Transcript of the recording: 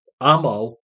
Amo